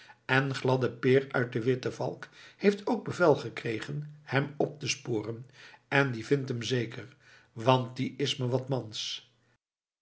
en gladde peer uit de witte valk heeft ook bevel gekregen hem op te sporen en die vindt hem zeker want die is me wat mans